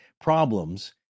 problems